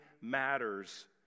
matters